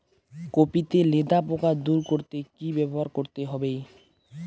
Copy তে লেদা পোকা দূর করতে কি ব্যবহার করতে হবে?